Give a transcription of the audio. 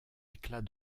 éclats